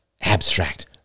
abstract